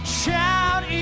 shout